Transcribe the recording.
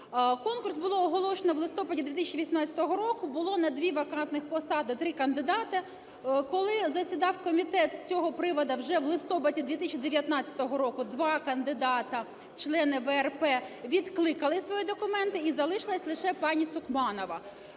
Конкурс було оголошено у листопаді 2018 року, було на дві вакантних посади три кандидати. Коли засідав комітет з цього приводу вже в листопаді 2019 року, два кандидати члени ВРП відкликали свої документи, і залишилася лише пані Сукманова.